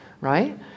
right